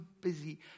busy